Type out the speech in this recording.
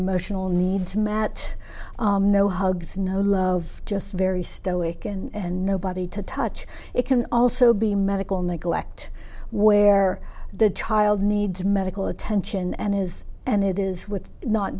emotional needs met no hugs no love just very stoic and nobody to touch it can also be medical neglect where the child needs medical attention and is and it is with not